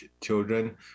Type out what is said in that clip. children